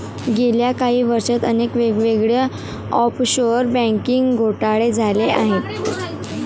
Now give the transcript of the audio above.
गेल्या काही वर्षांत अनेक वेगवेगळे ऑफशोअर बँकिंग घोटाळे झाले आहेत